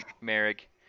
Merrick